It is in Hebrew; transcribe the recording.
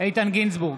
איתן גינזבורג,